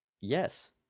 Yes